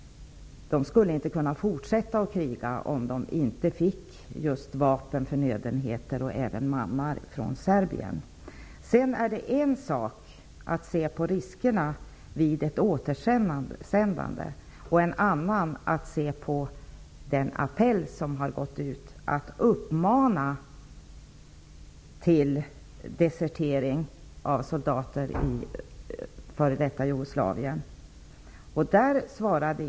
Man skulle inte kunna fortsätta att kriga om man inte fick just vapen, förnödenheter och även mannar från Serbien. Det är en sak att se på riskerna vid ett återsändande och en annan att se på den appell som har gått ut och som uppmanar soldater i f.d. Jugoslavien till desertering.